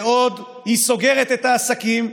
בעוד היא סוגרת את העסקים,